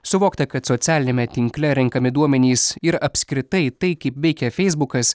suvokta kad socialiniame tinkle renkami duomenys ir apskritai tai kaip veikia feisbukas